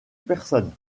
personne